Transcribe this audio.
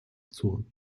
zur